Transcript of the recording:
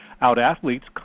out-athletes